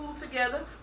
together